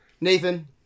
Nathan